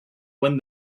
win